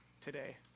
today